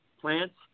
plants